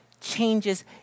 changes